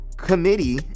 committee